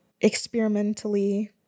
experimentally